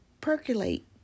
percolate